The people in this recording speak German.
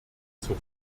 zur